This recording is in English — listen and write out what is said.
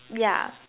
yeah